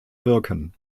wirken